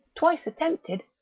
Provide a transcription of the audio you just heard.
twice attempted,